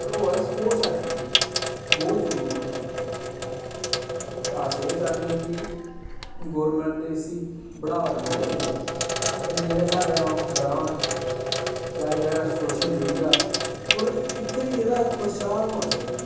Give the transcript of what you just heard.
ओह् ऐ sports activity बौह्त जरूरी ऐ ते अस एह् चाह्नें आं कि गोरमैंट ते इसी बड़ावा देऐ गै देऐ कन्नै साढ़ै हून जेह्ड़े ग्रांऽ ते अज जेह्ड़ा सोशल मिडिया ऐ थोह्ड़ा इत्थें बी एह्दा प्रचार होना चाही दा